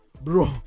Bro